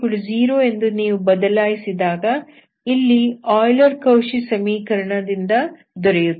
x00 ಎಂದು ನೀವು ಬದಲಾಯಿಸಿದಾಗ ಇದು ಆಯ್ಲರ್ ಕೌಶಿ ಸಮೀಕರಣದಿಂದ ದೊರೆಯುತ್ತದೆ